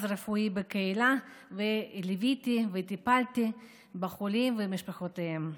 רפואי בקהילה וליוותה וטיפלה בחולים ובמשפחותיהם.